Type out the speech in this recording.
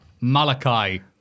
Malachi